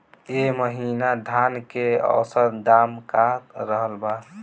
एह महीना धान के औसत दाम का रहल बा?